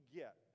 get